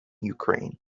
ukraine